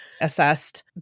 assessed